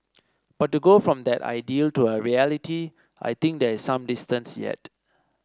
but to go from that ideal to a reality I think there is some distance yet